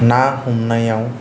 ना हमनायाव